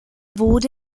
wurde